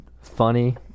funny